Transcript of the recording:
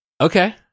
Okay